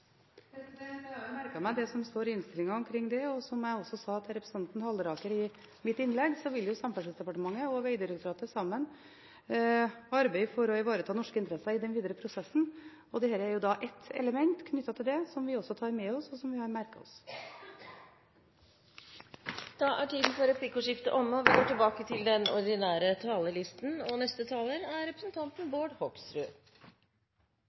Jeg har merket meg det som står i innstillingen om det, og som jeg også sa til representanten Halleraker i mitt innlegg, vil jo Samferdselsdepartementet og Vegdirektoratet sammen arbeide for å ivareta norsk interesser i den videre prosessen. Dette er ett element knyttet til det, som vi også tar med oss, og som vi har merket oss. Replikkordskiftet er omme. Jeg skal ikke bruke mye tid, men det er jo greit å redegjøre for noen forhold som vi er litt kritiske til.